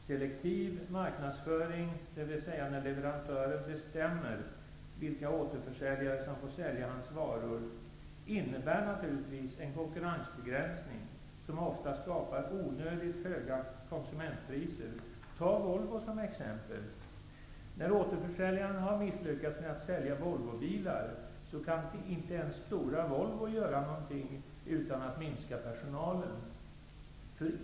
Selektiv marknadsföring, dvs. när leverantören bestämmer vilka återförsäljare som får sälja hans varor, innebär naturligtvis en konkurrensbegränsning som ofta skapar onödigt höga konsumentpriser. Vi kan ta Volvo som ett exempel. När återförsäljaren har misslyckats med att sälja Volvobilar kan inte ens stora Volvo göra något utan att minska personalen.